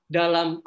dalam